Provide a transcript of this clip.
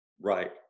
Right